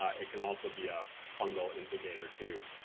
ah it can also be a fungal indicator too.